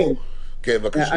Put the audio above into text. כן.